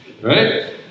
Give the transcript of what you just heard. Right